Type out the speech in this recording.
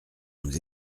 nous